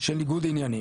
של ניגוד עניינים,